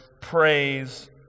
praise